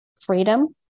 freedom